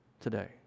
today